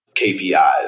KPIs